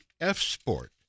F-Sport